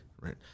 right